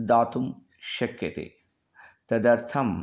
दातुं शक्यते तदर्थम्